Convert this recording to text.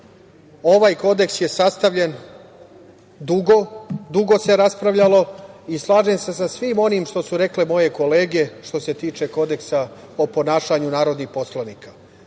Ovaj Kodeks je sastavljan dugo, dugo se raspravljalo i slažem se sa svim onim što su rekle moje kolege što se tiče Kodeksa o ponašanju narodnih poslanika. Moram